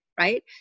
right